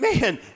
man